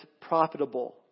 profitable